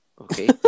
okay